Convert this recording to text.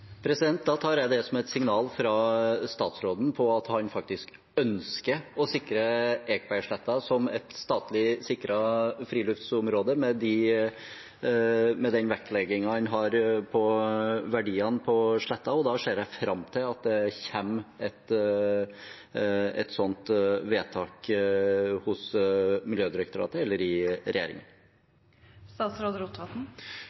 som et signal fra statsråden på at han faktisk ønsker å sikre Ekebergsletta som et statlig sikret friluftslivsområde med den vektleggingen en har på verdiene på sletta, og da ser jeg fram til at det kommer et sånt vedtak hos Miljødirektoratet eller i regjeringen.